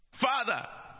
Father